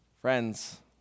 Friends